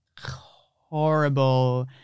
horrible